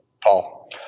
Paul